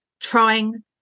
trying